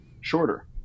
shorter